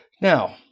Now